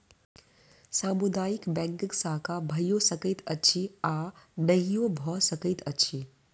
सामुदायिक बैंकक शाखा भइयो सकैत अछि आ नहियो भ सकैत अछि